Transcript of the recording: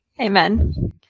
Amen